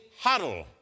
huddle